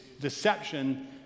deception